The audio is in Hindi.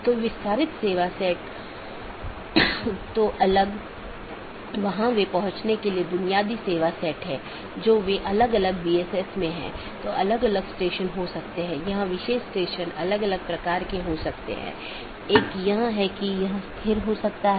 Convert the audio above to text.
इसलिए अगर हम फिर से इस आंकड़े पर वापस आते हैं तो यह दो BGP स्पीकर या दो राउटर हैं जो इस विशेष ऑटॉनमस सिस्टमों के भीतर राउटरों की संख्या हो सकती है